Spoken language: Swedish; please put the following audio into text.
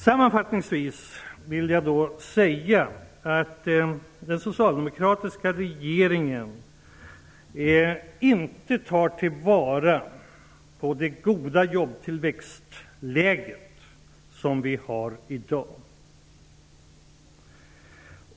Sammanfattningsvis vill jag säga att den socialdemokratiska regeringen inte tar till vara det goda läge beträffande jobbtillväxt som råder i dag.